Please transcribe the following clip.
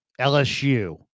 LSU